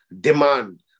demand